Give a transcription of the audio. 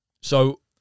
So-